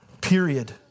Period